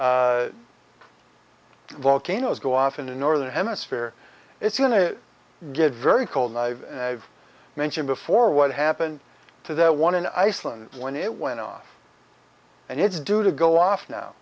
volcanoes go off in the northern hemisphere it's going to get very cold and i've mentioned before what happened to that one in iceland when it went off and it's due to go off now